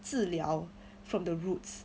治疗 from the roots